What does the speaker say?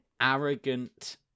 Arrogant